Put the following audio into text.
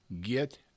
Get